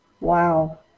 wow